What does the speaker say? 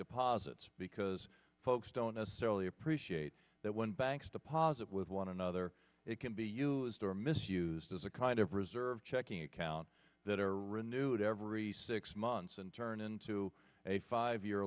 deposits because folks don't necessarily appreciate that when banks deposit with one another it can be used or misused as a kind of reserve checking account that are renewed every six months and turn into a five year